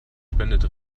spendet